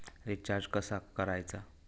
Recharge कसा करायचा?